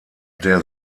der